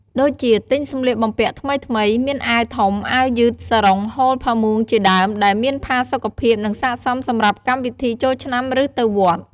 ដូចជាទិញសម្លៀកបំពាក់ថ្មីៗ មានអាវធំ អាវយឺត សារុង ហូល ផាមួងជាដើម ដែលមានផាសុកភាព និងស័ក្តិសមសម្រាប់កម្មវិធីចូលឆ្នាំ ឬទៅវត្ត។